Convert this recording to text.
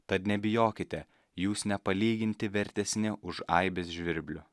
tad nebijokite jūs nepalyginti vertesni už aibes žvirblių